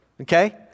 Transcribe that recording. Okay